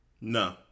No